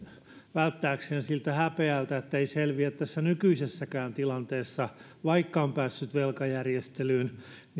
välttyäkseen siltä häpeältä että ei selviä tässä nykyisessäkään tilanteessa vaikka on päässyt velkajärjestelyyn